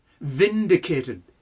Vindicated